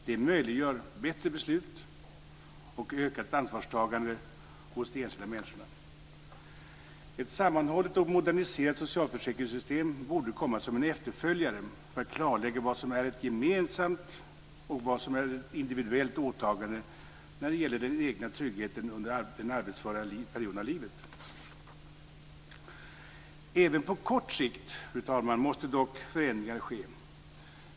Det möjliggör bättre beslut och ökat ansvarstagande hos de enskilda människorna. Ett sammanhållet och moderniserat socialförsäkringssystem borde komma som en efterföljare för att klarlägga vad som är ett gemensamt och vad som är ett individuellt åtagande när det gäller den egna tryggheten under den arbetsföra perioden av livet. Fru talman! Även på kort sikt måste dock förändringar ske.